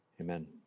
Amen